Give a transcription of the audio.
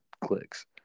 clicks